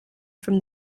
from